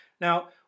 Now